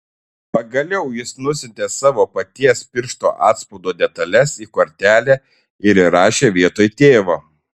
pagaliau jis nusiuntė savo paties piršto atspaudo detales į kortelę ir įrašė vietoj tėvo